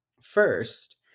first